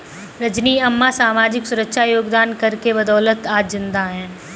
रजनी अम्मा सामाजिक सुरक्षा योगदान कर के बदौलत आज जिंदा है